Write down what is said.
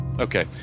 Okay